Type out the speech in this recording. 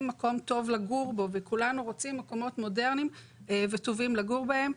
מקום טוב לגור בו וכולנו רוצים מקומות מודרניים וטובים לגור בהם.